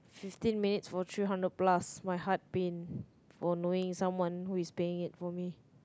fifteen minutes for three hundred plus my heart pain for knowing someone who is paying it for me